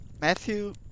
Matthew